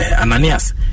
Ananias